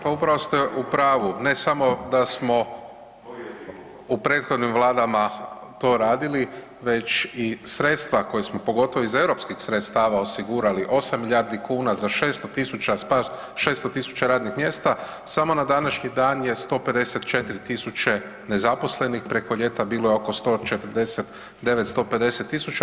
Pa upravo ste u pravu, ne samo da smo u prethodnim vladama to radili već i sredstva koja smo, pogotovo iz europskih sredstava, osigurali 8 milijardi kuna za 600 000 radnih mjesta, samo na današnji dan je 154 000 nezaposlenih, preko ljeta bilo je oko 149-150 000.